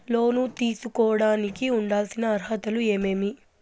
లోను తీసుకోడానికి ఉండాల్సిన అర్హతలు ఏమేమి?